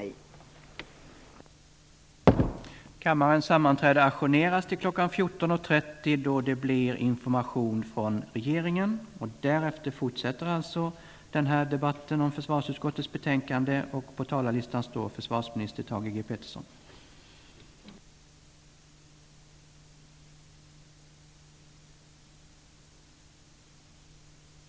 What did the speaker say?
14.30 då information från regeringen skull följa.